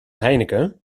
heineken